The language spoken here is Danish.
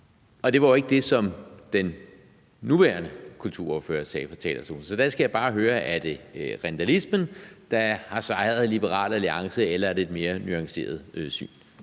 Det var jo ikke det, som den nuværende kulturordfører sagde på talerstolen. Så jeg skal bare høre, om det er rindalismen, der har sejret i Liberal Alliance, eller om det er et mere nuanceret syn.